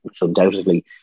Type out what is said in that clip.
undoubtedly